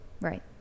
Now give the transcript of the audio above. Right